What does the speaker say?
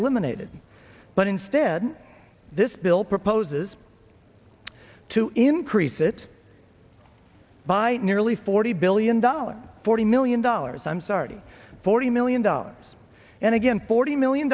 eliminated but instead this bill proposes to increase it by nearly forty billion dollars forty million dollars i'm sorry forty million dollars and again forty million